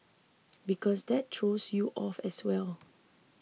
because that throws you off as well